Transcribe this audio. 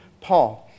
Paul